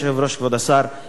כבוד השר,